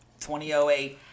2008